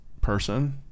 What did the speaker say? person